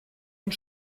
und